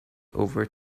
over